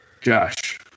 Josh